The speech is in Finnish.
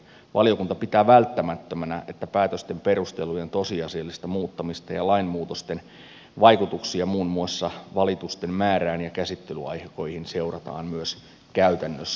valiokunta pitää välttämättömänä että päätösten perustelujen tosiasiallista muuttamista ja lainmuutosten vaikutuksia muun muassa valitusten määrään ja käsittelyaikoihin seurataan myös käytännössä